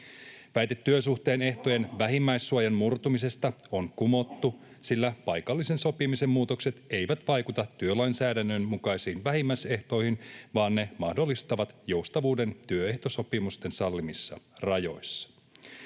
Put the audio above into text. Väite työsuhteen ehtojen vähimmäissuojan murtumisesta on kumottu, sillä paikallisen sopimisen muutokset eivät vaikuta työlainsäädännön mukaisiin vähimmäisehtoihin vaan ne mahdollistavat joustavuuden työehtosopimusten sallimissa rajoissa.